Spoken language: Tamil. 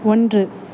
ஒன்று